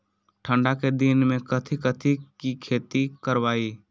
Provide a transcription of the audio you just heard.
ठंडा के दिन में कथी कथी की खेती करवाई?